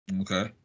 Okay